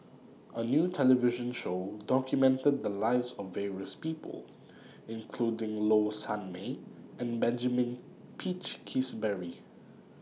A New television Show documented The Lives of various People including Low Sanmay and Benjamin Peach Keasberry